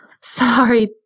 Sorry